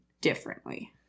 differently